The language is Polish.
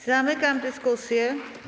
Zamykam dyskusję.